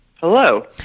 Hello